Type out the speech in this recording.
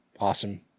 awesome